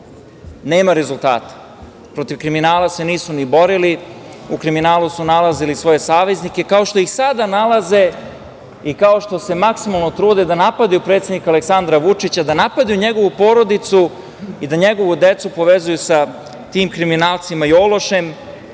Nema rezultata. Protiv kriminala se nisu ni borili. U kriminali su nalazili svoje saveznike, kao što ih sada nalaze i kao što se maksimalno trude da napadaju predsednika Aleksandra Vučića, da napadaju njegovu porodicu i da njegovu decu povezuju sa tim kriminalcima i ološima